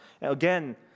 Again